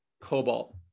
cobalt